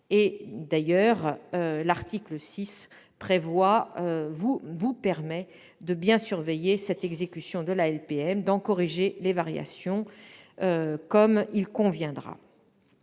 D'ailleurs, l'article 6 vous permet de bien surveiller cette exécution de la LPM, d'en corriger des variations comme il conviendra.